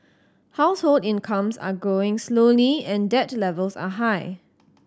household incomes are growing slowly and debt levels are high